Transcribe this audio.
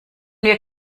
wir